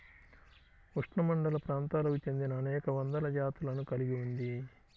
ఉష్ణమండలప్రాంతాలకు చెందినఅనేక వందల జాతులను కలిగి ఉంది